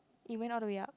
you went all the way up